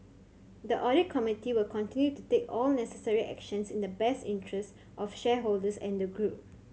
the audit committee will continue to take all necessary actions in the best interest of the shareholders and the group